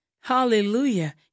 Hallelujah